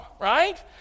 right